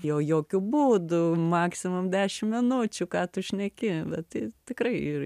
jau jokiu būdu maksimum dešim minučių ką tu šneki bet tai tikrai ir